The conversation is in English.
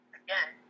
again